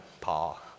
Paul